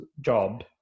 job